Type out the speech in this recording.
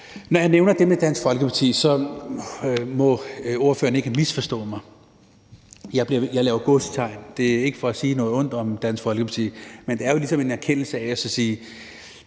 Når jeg nævner det med Dansk Folkeparti, må ordføreren ikke misforstå mig; jeg siger det i gåseøjne, for det er ikke for at sige noget ondt om Dansk Folkeparti. Men det er jo ligesom i erkendelse af, at det